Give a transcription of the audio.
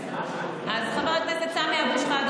אז חבר הכנסת סמי אבו שחאדה,